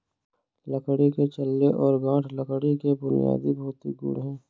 लकड़ी के छल्ले और गांठ लकड़ी के बुनियादी भौतिक गुण हैं